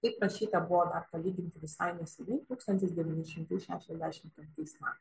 taip rašyta buvo dar palyginti visai neseniai tūkstantis devyni šimtai šešiasdešimt penktais metais